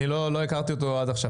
אני לא הכרתי אותו עד עכשיו.